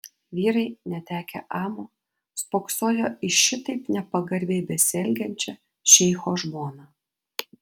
vyrai netekę amo spoksojo į šitaip nepagarbiai besielgiančią šeicho žmoną